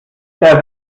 das